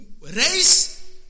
Race